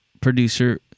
producer